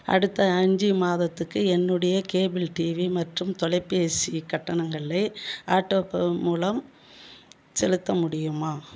அடுத்த அஞ்சு மாதத்துக்கு என்னுடைய கேபிள் டிவி மற்றும் தொலைபேசி கட்டணங்களை ஆட்டோபே மூலம் செலுத்த முடியுமா